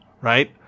right